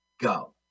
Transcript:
go